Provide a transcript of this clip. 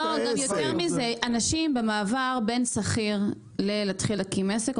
אנשים במעבר בין שכיר להקמת עסק,